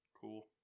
Cool